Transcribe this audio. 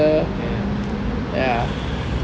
ya